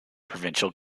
provincial